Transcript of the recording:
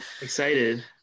Excited